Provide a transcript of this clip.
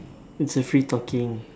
it's a free talking